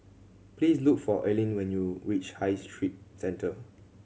please look for Aline when you reach High Street Centre